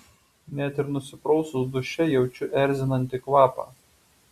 net ir nusiprausus duše jaučiu erzinantį kvapą